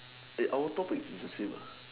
hey our topic is the same